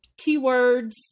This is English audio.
keywords